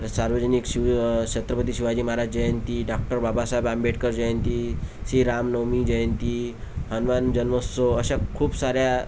सार्वजनिक शिव छत्रपती शिवाजी महाराज जयंती डॉक्टर बाबासाहेब आंबेडकर जयंती श्रीराम नवमी जयंती हनुमान जन्मोत्सव अशा खूप साऱ्या